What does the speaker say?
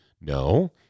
No